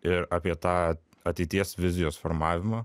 ir apie tą ateities vizijos formavimą